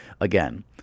Again